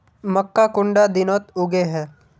मक्का कुंडा दिनोत उगैहे?